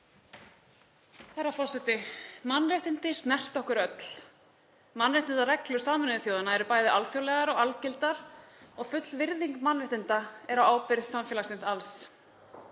Herra forseti. Mannréttindi snerta okkur öll. Mannréttindareglur Sameinuðu þjóðanna eru bæði alþjóðlegar og algildar og full virðing mannréttinda er á ábyrgð samfélagsins alls.